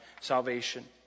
salvation